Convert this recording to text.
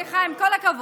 איפה?